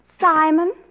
Simon